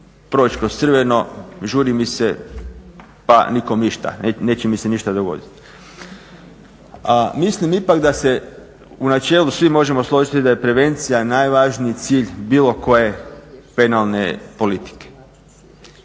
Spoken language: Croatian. proć kroz crveno, žuri mi se pa nikom ništa, neće mi se ništa dogoditi. Mislim ipak da se u načelu svi možemo složiti da je prevencija najvažniji cilj bilo koje penalne politike.